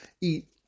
eat